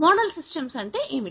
model systems అంటే ఏమిటి